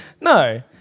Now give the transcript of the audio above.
No